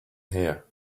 here